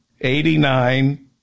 eighty-nine